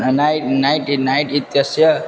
नै नैट् नैट् इत्यस्य